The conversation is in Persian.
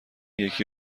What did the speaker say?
یکی